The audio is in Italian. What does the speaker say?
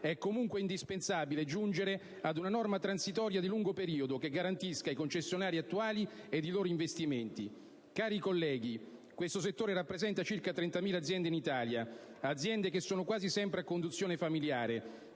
È comunque indispensabile giungere ad una norma transitoria di lungo periodo, che garantisca i concessionari attuali ed i loro investimenti. Cari colleghi, questo settore rappresenta circa 30.000 aziende in Italia, aziende che sono quasi sempre a conduzione familiare;